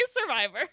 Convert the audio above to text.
survivor